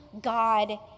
God